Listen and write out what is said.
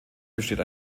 besteht